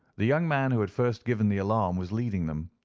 the young man who had first given the alarm was leading them.